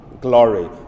glory